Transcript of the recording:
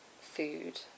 food